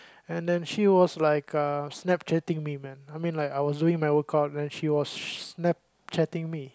and then she was like uh snap chatting me man I was doing my workout and she was snap chatting me